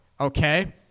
okay